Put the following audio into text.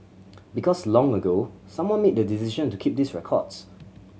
because long ago someone made the decision to keep these records